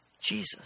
Jesus